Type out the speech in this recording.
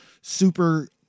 super